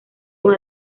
con